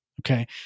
Okay